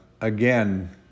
again